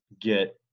get